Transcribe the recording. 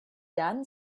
done